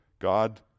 God